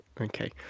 okay